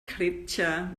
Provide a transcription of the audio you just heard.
klitsche